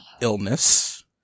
illness